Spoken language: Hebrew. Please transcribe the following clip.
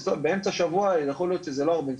באמצע שבוע יכול להיות שזה לא הרבה נסיעות,